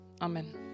Amen